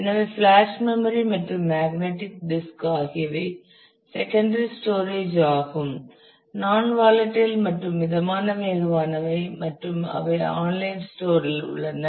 எனவே flash memory மற்றும் magnetic disk ஆகியவை செகண்டரி ஸ்டோரேஜ் ஆகும் அவை நாண் வாலடைல் மற்றும் மிதமான வேகமானவை மற்றும் அவை ஆன்லைன் ஸ்டோர் இல் உள்ளன